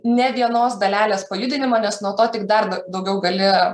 ne vienos dalelės pajudinimą nes nuo to tik dar daugiau gali